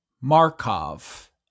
markov